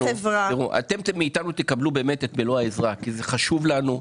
אתם תקבלו מאיתנו את מלוא העזרה כי זה חשוב לנו.